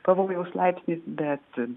pavojaus laipsnis bet